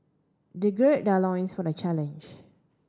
they gird their loins for the challenge